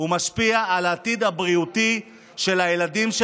הוא משפיע על העתיד הבריאותי של הילדים.